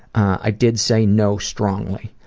i did say no strongly.